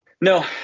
no